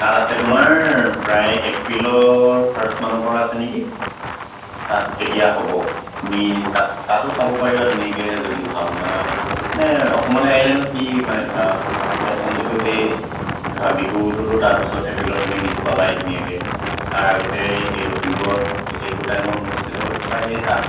তাত আছে তোমাৰ প্ৰায় এপ্ৰিলৰ ফাষ্টমানৰপৰা আছে নেকি তাত তেতিয়া হ'ব তুমি তাত তাতো চাব পাৰিবা ধুনীয়াকৈ যদি ভাওনা মানে অসমলৈ আহিলেনো কি মানে ধৰা প্ৰথমটোতো সেই ধৰা বিহুটোতো তাৰ পিছত এপ্ৰিলত তুমি বিহু পাবা ধুনীয়াকৈ তাৰ আগতে এই লখিমপুৰত সেইটো টাইমত অনুষ্ঠিত হৈ সেই তাত